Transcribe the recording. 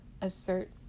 assert